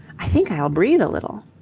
i think i'll breathe a little.